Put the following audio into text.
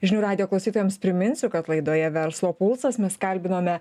žinių radijo klausytojams priminsiu kad laidoje verslo pulsas mes kalbinome